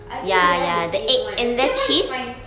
I think they have the plain [one] the plain [one] is my